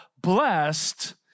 blessed